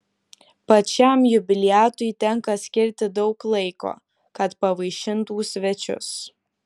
pačiam jubiliatui tenka skirti daug laiko kad pavaišintų svečius